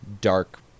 dark